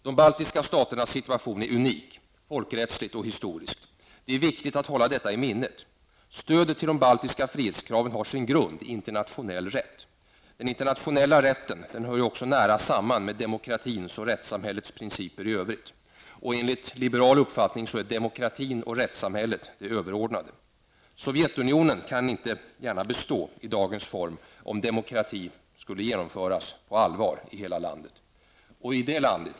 De baltiska staternas situation är unik, folkrättsligt och historiskt. Det är viktigt att hålla detta i minnet. Stödet till de baltiska frihetskraven har sin grund i internationell rätt. Den internationella rätten hör nära samman med demokratins och rättssamhällets principer i övrigt. Enligt liberal uppfattning är demokratin och rättssamhället det överordnade. Sovjetunionen kan inte gärna bestå i dagens form om demokrati införs på allvar i hela landet.